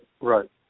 right